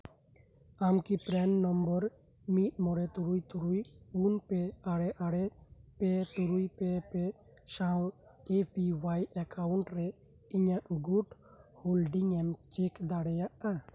ᱟᱢ ᱠᱤ PRAN number ᱢᱤᱫ ᱢᱚᱬᱮ ᱛᱩᱨᱩᱭ ᱛᱩᱨᱩᱭ ᱯᱩᱱ ᱯᱮ ᱟᱨᱮ ᱟᱨᱮ ᱯᱮ ᱛᱩᱨᱩᱭ ᱯᱮ ᱯᱮ ᱥᱟᱶ ᱮ ᱯᱤ ᱳᱟᱭ ᱮᱠᱟᱩᱱᱴ ᱨᱮ ᱤᱧᱟᱹᱜ ᱜᱩᱴ ᱦᱳᱞᱰᱤᱝ ᱮᱢ ᱪᱮᱠ ᱫᱟᱲᱮᱭᱟᱜᱼᱟ